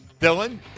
Dylan